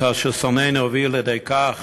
כאשר שונאינו הביאו לידי כך